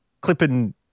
clipping